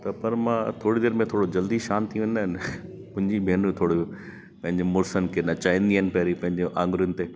त पर मां थोरी देरि में थोरो जल्दी शांत थी वेंदा आहिनि मुंहिंजी भेनरूं थोरो पंहिंजे मुड़ुसनि खे नचाइंदियूं आहिनि पहिरीं पंहिंजी आङुरियुनि ते